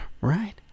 right